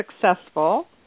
successful